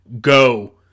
go